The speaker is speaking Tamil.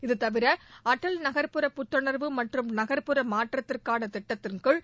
இதுதவிர அட்டல் நகர்ப்புற புத்துணர்வு மற்றம் நகர்ப்புற மாற்றத்திற்கான திட்டத்தின்கீழ்